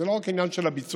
זה לא רק עניין של הביצוע.